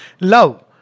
Love